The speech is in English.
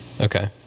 okay